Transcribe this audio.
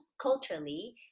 culturally